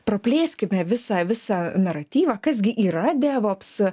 praplėskime visą visą naratyvą kas gi yra devops